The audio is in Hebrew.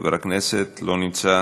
לא נמצא,